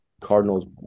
Cardinals